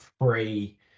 free